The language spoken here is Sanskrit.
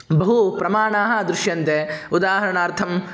बहु प्रमाणाः दृश्यन्ते उदाहरणार्थम्